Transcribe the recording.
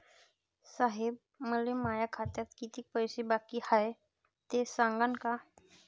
साहेब, मले माया खात्यात कितीक पैसे बाकी हाय, ते सांगान का?